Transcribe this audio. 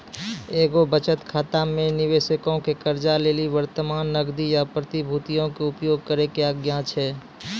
एगो बचत खाता मे निबेशको के कर्जा लेली वर्तमान नगदी या प्रतिभूतियो के उपयोग करै के आज्ञा छै